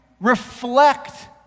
reflect